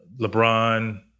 LeBron